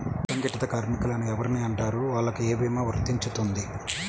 అసంగటిత కార్మికులు అని ఎవరిని అంటారు? వాళ్లకు ఏ భీమా వర్తించుతుంది?